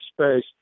space